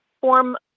form